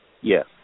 Yes